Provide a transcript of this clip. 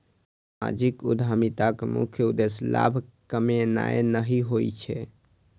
सामाजिक उद्यमिताक मुख्य उद्देश्य लाभ कमेनाय नहि होइ छै